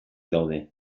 daude